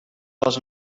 was